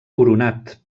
coronat